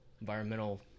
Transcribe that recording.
environmental